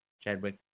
Chadwick